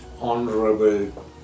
Honorable